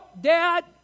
dad